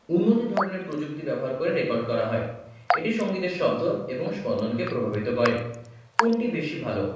উন্নত ধরনের প্রযুক্তি ব্যবহার করে রেকর্ড করা হয় এটি সঙ্গীতের শব্দ এবং স্পন্দনকে প্রভাবিত করে কোনটি বেশি ভালো